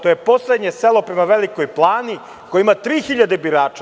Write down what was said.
To je poslednje selo prema Velikoj Plani koje ima 3.000 birača.